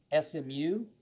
SMU